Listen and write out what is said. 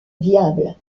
viable